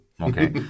Okay